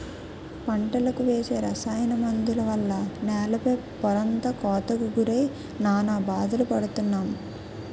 పంటలకు వేసే రసాయన మందుల వల్ల నేల పై పొరంతా కోతకు గురై నానా బాధలు పడుతున్నాం